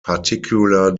particular